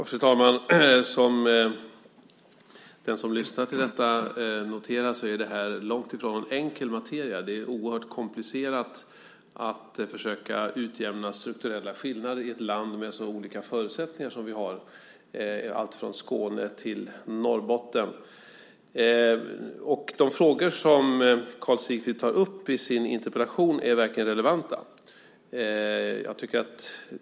Fru talman! Som den som lyssnar till detta noterar är det här långt ifrån enkel materia. Det är oerhört komplicerat att försöka utjämna strukturella skillnader i ett land med så olika förutsättningar som vi har, alltifrån Skåne till Norrbotten. De frågor som Karl Sigfrid tar upp i sin interpellation är verkligen relevanta.